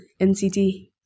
NCT